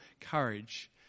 courage